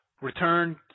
return